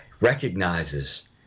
recognizes